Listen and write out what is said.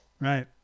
Right